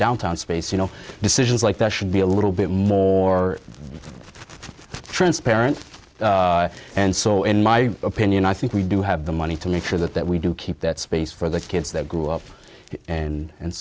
downtown space you know decisions like that should be a little bit more transparent and so in my opinion i think we do have the money to make sure that that we do keep that space for the kids that grew up and and